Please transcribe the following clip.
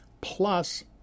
plus